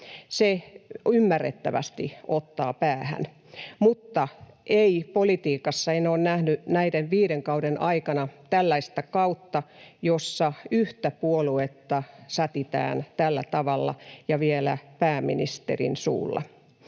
Se ymmärrettävästi ottaa päähän, mutta politiikassa en ole nähnyt näiden viiden kauden aikana tällaista kautta, jossa yhtä puoluetta sätitään tällä tavalla, ja vielä pääministerin suulla.